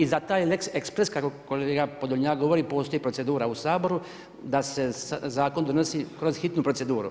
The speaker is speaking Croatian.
I za taj lex express kako kolega Podlonjak govori postoji procedura u Saboru da se zakon donosi kroz hitnu proceduru.